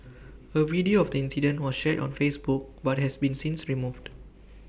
A video of the incident was shared on Facebook but has been since removed